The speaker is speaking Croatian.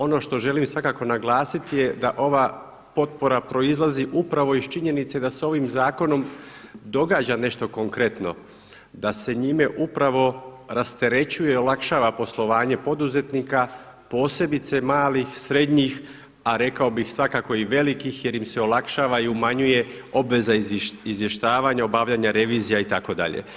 Ono što želim svakako naglasiti je da ova potpora proizlazi upravo iz činjenice da se ovim zakonom događa nešto konkretno, da se njime upravo rastrećuje i olakšava poslovanje poduzetnika posebice malih, srednjih, a rekao bih svakako i velikih jer im se olakšava i umanjuje obveza izvještavanja, obavljanja revizija itd.